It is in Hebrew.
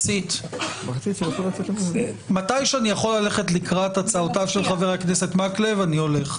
מתי שאני יכול ללכת לקראת הצעותיו של חבר הכנסת מקלב אני הולך.